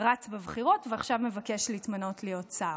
רץ בבחירות, ועכשיו מבקש להתמנות להיות שר.